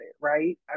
right